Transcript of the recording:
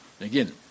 Again